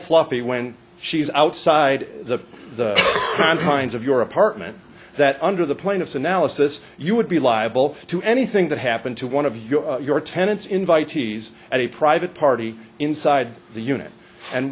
fluffy when she's outside the confines of your apartment that under the plaintiff's analysis you would be liable to anything that happened to one of your your tenants invitees at a private party inside the unit and